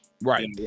right